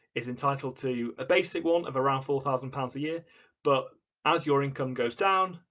is entitled to a basic one of around four thousand pounds a year but as your income goes down,